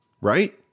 Right